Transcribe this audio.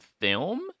film